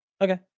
Okay